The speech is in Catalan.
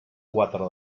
quatre